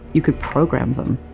you could program them.